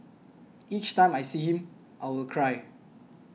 each time I see him I will cry